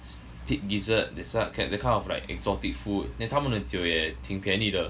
it's pig gizzard that side that that kind of like exotic food then 他们的酒也挺便宜的